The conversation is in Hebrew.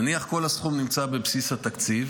נניח שכל הסכום נמצא בבסיס התקציב,